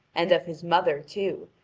and of his mother too,